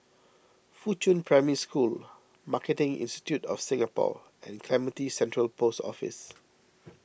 Fuchun Primary School Marketing Institute of Singapore and Clementi Central Post Office